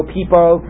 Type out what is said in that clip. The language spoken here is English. people